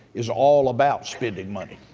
is all about spending money.